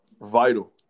vital